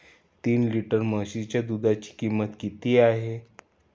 तीन लिटर म्हशीच्या दुधाची किंमत किती आहे?